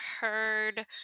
heard